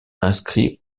inscrit